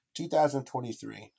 2023